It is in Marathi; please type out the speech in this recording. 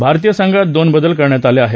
भारतीय संघात दोन बदल करण्यात आले आहेत